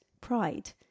pride